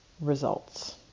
results